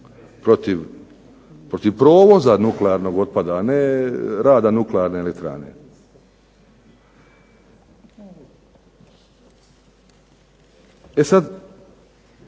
protiv provoza nuklearnog otpada, a ne rada nuklearne elektrane. E sad